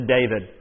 David